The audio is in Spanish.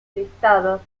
listados